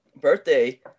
birthday